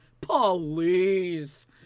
police